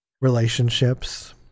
relationships